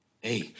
Hey